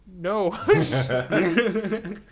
No